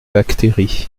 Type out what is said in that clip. bactéries